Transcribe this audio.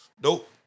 Dope